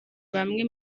bamwe